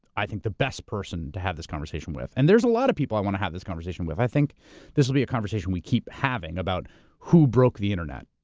i think, the best person to have this conversation with, and there's a lot of people i wanna have this conversation with. i think this'll be a conversation we keep having about who broke the internet,